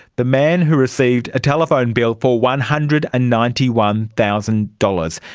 the man who received a telephone bill for one hundred and ninety one thousand dollars,